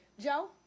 Joe